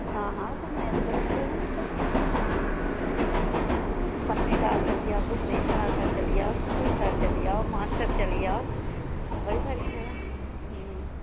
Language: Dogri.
आं हा घुम्मनै आह्लियां बड़ियां जगहां न इत्थें पत्नीटॉप चली जाओ घुम्मनै गी सनासर चली जाओ सरूईंसर चली जाओ मानसर चली जाओ बड़ियां सारियां जगह अं